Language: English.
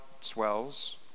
swells